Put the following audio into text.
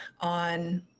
on